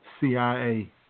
CIA